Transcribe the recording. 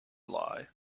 lie